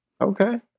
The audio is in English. Okay